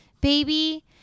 baby